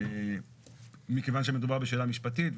מכיוון שמדובר בשאלה משפטית.